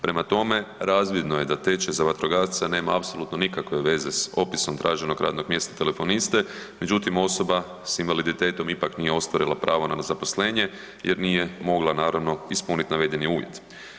Prema tome, razvidno je da tečaj za vatrogasca nema apsolutno nikakve veze s opisom traženog radnog mjesta telefoniste, međutim, osoba s invaliditetom ipak nije ostvarila pravo na zaposlenje jer nije mogla, naravno, ispuniti navedeni uvjet.